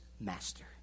master